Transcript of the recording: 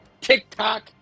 TikTok